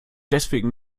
deswegen